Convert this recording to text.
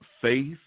faith